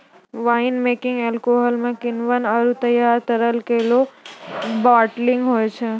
wine making alcohol म किण्वन आरु तैयार तरल केरो बाटलिंग होय छै